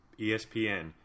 ESPN